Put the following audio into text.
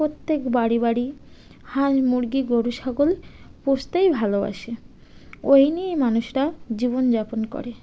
প্রত্যেক বাড়ি বাড়ি হাঁস মুরগি গরু ছাগল পুষতেই ভালোবাসে ওই নিয়েই মানুষরা জীবনযাপন করে